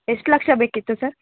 ಎಷ್ಟು ಲಕ್ಷ ಬೇಕಿತ್ತು ಸರ್